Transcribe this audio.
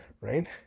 right